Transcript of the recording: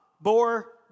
bore